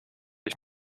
ich